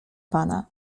pana